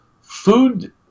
food